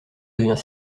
devient